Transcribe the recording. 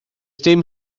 dim